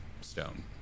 stone